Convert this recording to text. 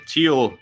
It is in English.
Teal